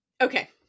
Okay